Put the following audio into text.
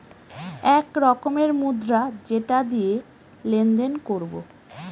এক রকমের মুদ্রা যেটা দিয়ে লেনদেন করবো